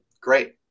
Great